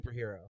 superhero